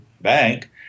bank